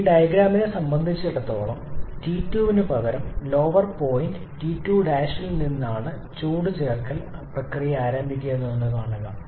ഈ ഡയഗ്രാമിനെ സംബന്ധിച്ചിടത്തോളം T2 ന് പകരം ലോവർ പോയിന്റ് T2' ൽ നിന്നാണ് ചൂട് ചേർക്കൽ പ്രക്രിയ ആരംഭിക്കുന്നതെന്ന് കാണുക